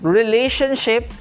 relationship